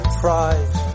pride